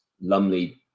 Lumley